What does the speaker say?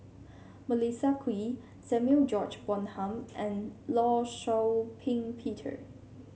Melissa Kwee Samuel George Bonham and Law Shau Ping Peter